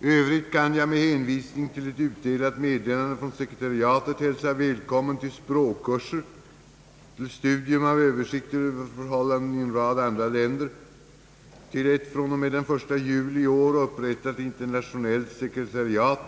I övrigt kan jag — med hänvisning till ett utdelat meddelande från sekretariatet — hälsa välkommen till språkkurser, till studium av översikter över förhållandena i en rad andra länder, till ett fr.o.m. den 1 juli i år upprättat internationellt sekretariat,